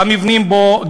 המבנים בו,